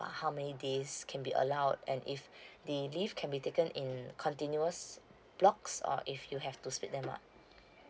uh how many days can be allowed and if the leave can be taken in continuous blocks or if you have to split them up